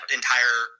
entire –